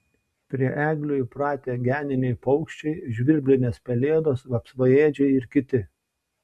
prie eglių įpratę geniniai paukščiai žvirblinės pelėdos vapsvaėdžiai ir kiti